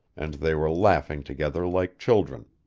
and they were laughing together like children.